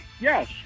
yes